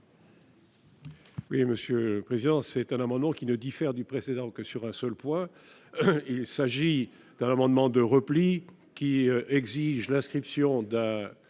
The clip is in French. Oui, Monsieur le président, c'est un amendement qui ne diffère du précédent que sur un seul point : il s'agit d'un amendement de repli qui exige l'inscription d'un